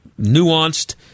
nuanced